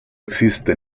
existe